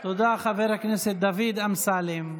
תודה, חבר הכנסת דוד אמסלם.